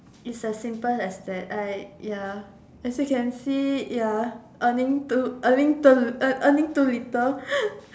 is as simple as that I ya as you can see ya earning too earning too earning too little